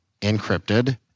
encrypted